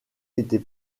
était